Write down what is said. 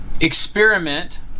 experiment